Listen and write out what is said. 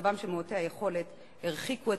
למצבם של מעוטי היכולת הרחיקו את